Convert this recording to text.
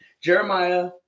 Jeremiah